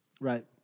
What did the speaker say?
Right